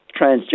transgender